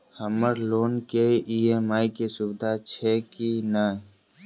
हम्मर लोन केँ ई.एम.आई केँ सुविधा छैय की नै?